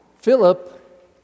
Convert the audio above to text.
Philip